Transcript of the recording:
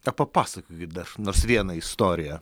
na papasakokit dar nors vieną istoriją